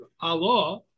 Allah